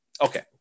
okay